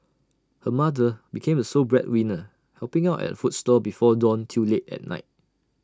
her mother became the sole breadwinner helping out at food stall before dawn till late at night